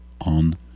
on